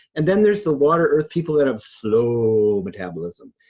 and then there's the water-earth people that have slow metabolism.